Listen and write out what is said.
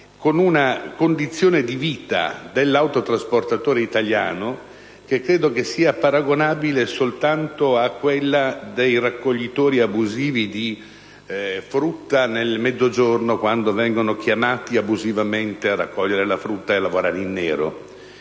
con una condizione di vita dell'autotrasportatore italiano che credo sia paragonabile soltanto a quella dei raccoglitori di frutta nel Mezzogiorno, quando vengono chiamati abusivamente a raccogliere la frutta e a lavorare in nero.